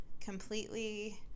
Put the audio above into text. completely